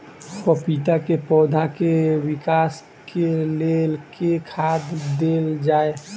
पपीता केँ पौधा केँ विकास केँ लेल केँ खाद देल जाए?